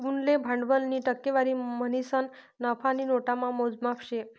उनले भांडवलनी टक्केवारी म्हणीसन नफा आणि नोटामा मोजमाप शे